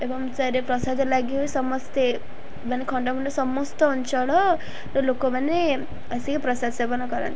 ଏବଂ ତାହିରେ ପ୍ରସାଦ ଲାଗି ହ ସମସ୍ତେ ମାନେ ଖଣ୍ଡ ମଣ୍ଡଳ ସମସ୍ତ ଅଞ୍ଚଳର ଲୋକମାନେ ଆସିକି ପ୍ରସାଦ ସେବନ କରନ୍ତି